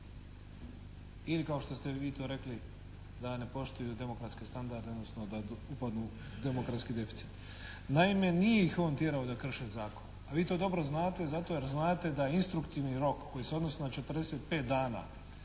ili kao što ste vi to rekli da ne poštuju demokratske standarde, odnosno da upadnu u demokratski deficit. Naime, nije ih on tjerao da krše zakon, a vi to dobro znate zato jer znate da instruktivni rok koji se odnosi na 45 dana